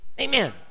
Amen